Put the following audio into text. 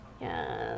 yes